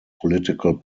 political